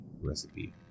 recipe